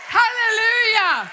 hallelujah